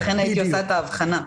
לכן הייתי עושה את ההבחנה.